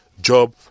job